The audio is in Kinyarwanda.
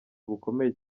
bukomeye